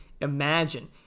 imagine